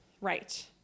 Right